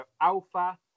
Alpha